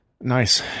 Nice